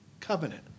covenant